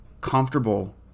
comfortable